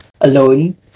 alone